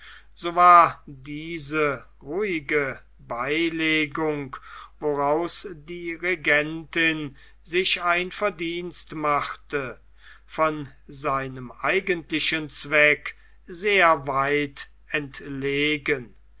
so war diese ruhige beilegung woraus die regentin sich ein verdienst machte von seinem eigentlich zweck sehr weit entlegen